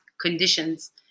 conditions